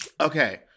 Okay